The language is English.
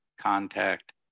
contact